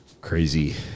crazy